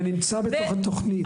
זה נמצא בתוך התוכנית.